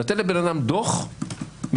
אם